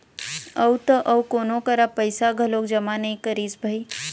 अउ त अउ कोनो करा पइसा घलोक जमा नइ करिस भई